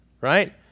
right